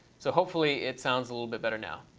so hopefully it sounds a little bit better now.